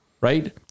right